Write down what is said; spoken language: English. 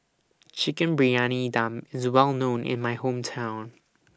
Chicken Briyani Dum IS Well known in My Hometown